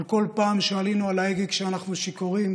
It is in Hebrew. על כל פעם שעלינו על ההגה כשאנחנו שיכורים,